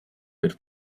per